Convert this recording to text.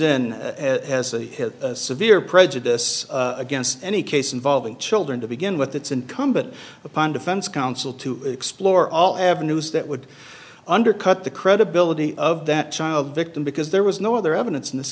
in as has severe prejudice against any case involving children to begin with it's incumbent upon defense counsel to explore all avenues that would undercut the credibility of that child victim because there was no other evidence in this